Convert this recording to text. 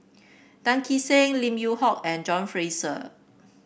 Tan Kee Sek Lim Yew Hock and John Fraser